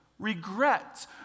Regrets